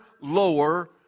lower